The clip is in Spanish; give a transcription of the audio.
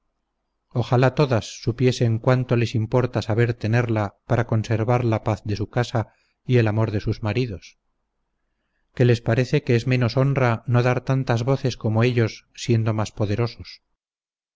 ojalá todas supiesen cuánto les importa saber tenerla para conservar la paz de su casa y el amor de sus maridos que les parece que es menos honra no dar tantas voces como ellos siendo más poderosos